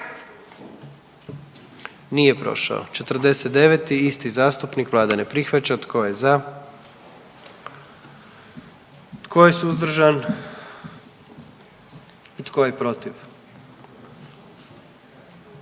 dio zakona. 44. Kluba zastupnika SDP-a, vlada ne prihvaća. Tko je za? Tko je suzdržan? Tko je protiv?